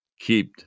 kept